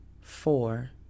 four